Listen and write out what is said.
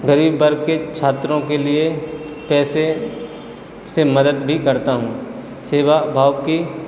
ग़रीब वर्ग के छात्रों के लिए पैसे से मदद भी करता हूँ सेवा भाव की